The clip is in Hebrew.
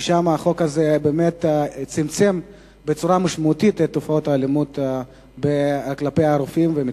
ושם החוק הזה באמת צמצם במידה משמעותית את האלימות כלפי רופאים ומטפלים.